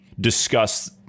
discuss